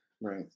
Right